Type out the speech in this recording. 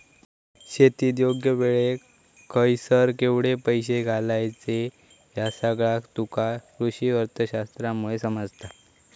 शेतीत योग्य वेळेक खयसर केवढे पैशे घालायचे ह्या सगळा तुका कृषीअर्थशास्त्रामुळे समजता